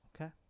Okay